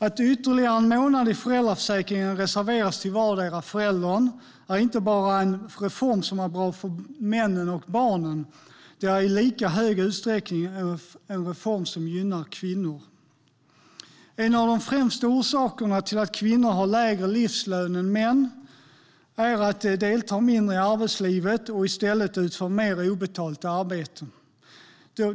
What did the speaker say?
Att ytterligare en månad i föräldraförsäkringen reserveras till vardera föräldern är inte bara en reform som är bra för männen och barnen. Det är i lika stor utsträckning en reform som gynnar kvinnor. En av de främsta orsakerna till att kvinnor har lägre livslön än män är att de deltar mindre i arbetslivet och i stället utför mer obetalt arbete.